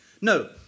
No